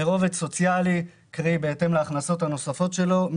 והרובד הסוציאלי נקבע בהתאם להכנסות הנוספות שלו,